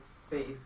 space